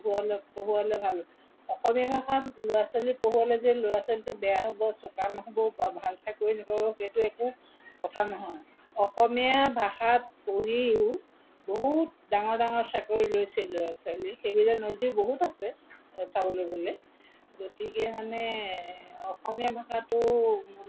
পঢ়োৱালে ভাল অসমীয়া ভাষাত ল'ৰা ছোৱালী পঢ়োৱালে যে ল'ৰা ছোৱালীটো বেয়া হ'ব চোকা নহ'ব বা ভাল চাকৰি নাপাব সেইটো একো কথা নহয় অসমীয়া ভাষাত পঢ়িও বহুত ডাঙৰ ডাঙৰ চাকৰি লৈছে ল'ৰা ছোৱালীয়ে সেইবিলাক নজিৰ বহুত আছে চাবলৈ গ'লে গতিকে মানে অসমীয়া ভাষাটো